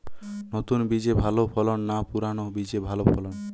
নতুন বীজে ভালো ফলন না পুরানো বীজে ভালো ফলন?